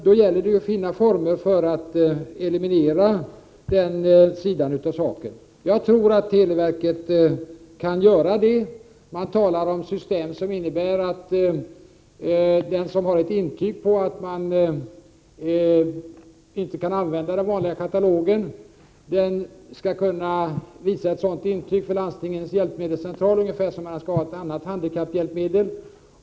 Det gäller då att finna former för att eliminera den sidan av saken. Jag tror att televerket kan göra det. Det talas om ett system som innebär, att om man har ett intyg på att man inte kan använda den vanliga katalogen, skall man visa upp intyget på landstingets hjälpmedelscentral, ungefär som när man skall ha ett annat handikapphjälpmedel.